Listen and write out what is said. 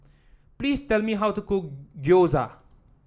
please tell me how to cook Gyoza